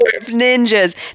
Ninjas